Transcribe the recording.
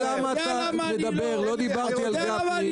לא דיברתי על גפני.